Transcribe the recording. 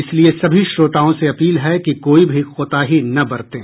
इसलिए सभी श्रोताओं से अपील है कि कोई भी कोताही न बरतें